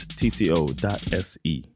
tco.se